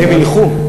הם ילכו.